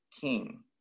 king